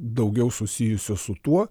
daugiau susijusios su tuo